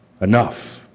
enough